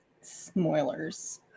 spoilers